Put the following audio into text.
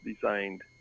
designed